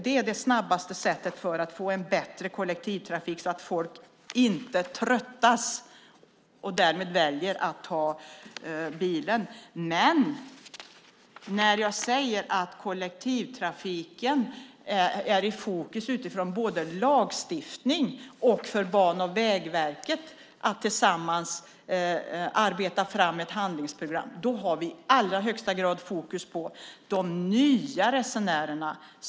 Det är det snabbaste sättet att få en bättre kollektivtrafik så att folk inte tröttas och därför väljer bilen. När jag säger att kollektivtrafiken är i fokus för både lagstiftningen och för Ban och Vägverket som tillsammans ska arbeta fram ett handlingsprogram har vi i allra högsta grad fokus på de nya resenärerna.